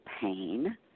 pain